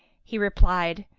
he replied,